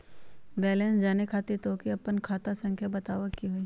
Balance जाने खातिर तोह के आपन खाता संख्या बतावे के होइ?